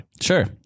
Sure